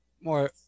more